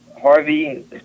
Harvey